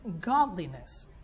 godliness